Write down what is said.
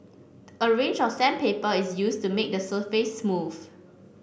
a range of sandpaper is used to made the surface smooth